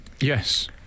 Yes